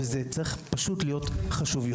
וזה פשוט צריך להיות חשוב יותר.